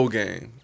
game